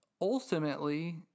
ultimately